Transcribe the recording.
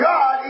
God